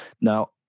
Now